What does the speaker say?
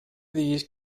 these